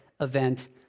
event